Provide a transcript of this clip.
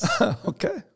Okay